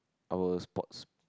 our sports